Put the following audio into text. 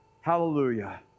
Hallelujah